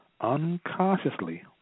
Unconsciously